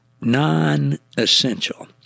non-essential